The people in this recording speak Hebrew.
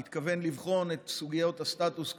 מתכוון לבחון את סוגיות הסטטוס קוו,